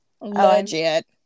legit